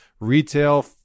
retail